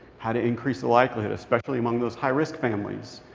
how to increase the likelihood, especially among those high-risk families.